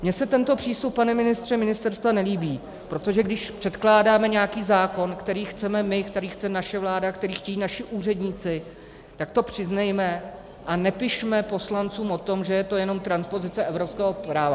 Mně se tento přístup ministerstva, pane ministře, nelíbí, protože když předkládáme nějaký zákon, který chceme my, který chce naše vláda, který chtějí naši úředníci, tak to přiznejme a nepišme poslancům o tom, že je to jenom transpozice evropského práva.